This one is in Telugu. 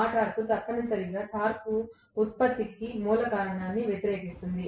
ఆ టార్క్ తప్పనిసరిగా టార్క్ ఉత్పత్తికి మూలకారణాన్ని వ్యతిరేకిస్తుంది